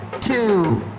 two